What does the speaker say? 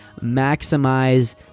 maximize